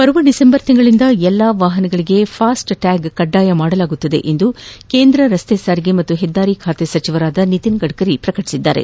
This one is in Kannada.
ಬರುವ ದಿಸೆಂಬರ್ನಿಂದ ಎಲ್ಲ ವಾಹನಗಳಿಗೆ ಫಾಸ್ಟ್ನಾಗ್ಸ್ ಕಡ್ವಾಯಗೊಳಿಸಲಾಗುವುದು ಎಂದು ಕೇಂದ್ರ ರಸ್ತೆ ಸಾರಿಗೆ ಮತ್ತು ಹೆದ್ದಾರಿ ಸಚಿವ ನಿತಿನ್ ಗಡ್ಕರಿ ಪ್ರಕಟಿಸಿದ್ದಾರೆ